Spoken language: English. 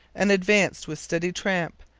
and advanced with steady tramp,